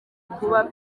kuba